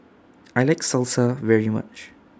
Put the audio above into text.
I like Salsa very much